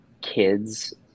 kids